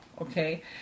okay